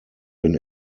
den